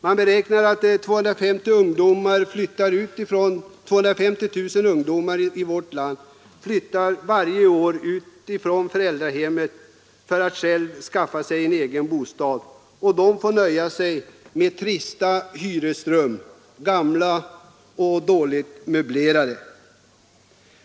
Man beräknar att 250 000 ungdomar varje år flyttar från sina föräldrahem för att skaffa sig en egen bostad. De får i huvudsak nöja sig med trista hyresrum, gamla och dåligt möblerade.